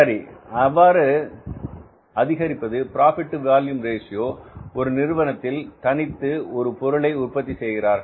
சரி எவ்வாறு அதிகரிப்பது ப்ராபிட் டு வால்யூம் ரேஷியோ ஒரு நிறுவனத்தில் தனித்து ஒரு பொருளை உற்பத்தி செய்கிறார்கள்